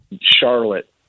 Charlotte